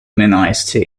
mnist